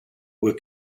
were